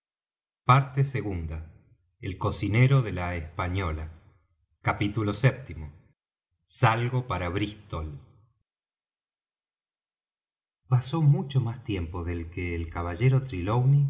parte ii el cocinero de la española capítulo vii salgo para brístol pasó mucho más tiempo del que el caballero